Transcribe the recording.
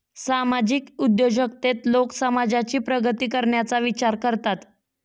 सामाजिक उद्योजकतेत लोक समाजाची प्रगती करण्याचा विचार करतात